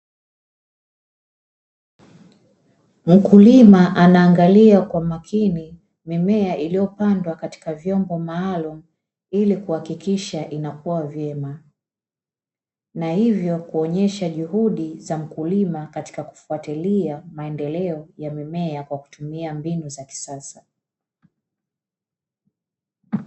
Mkulima anaangalia kwa makini mimea iliyopandwa katika vyombo maalumu, ili kuhakikisha inakuwa vyema na hivyo kuonyesha juhudi za mkulima katika kufuatilia maendeleo ya mimea kwa kutumia mbinu za kisasa.